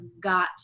got